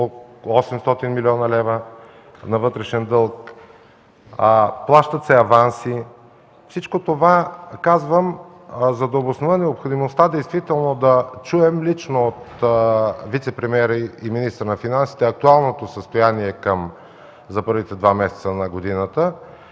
емисии 800 млн. лв. на вътрешен дълг, плащат се аванси – казвам всичко това, за да обоснова необходимостта действително да чуем лично от вицепремиера и министър на финансите актуалното състояние за първите два месеца на годината.